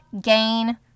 gain